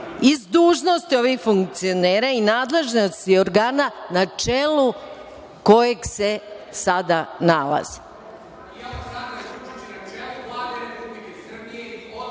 iz dužnosti funkcionera i nadležnosti organa na čelu kojeg se sada nalaze.(Saša